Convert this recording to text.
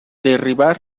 derribar